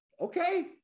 okay